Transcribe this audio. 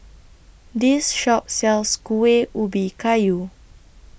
This Shop sells Kuih Ubi Kayu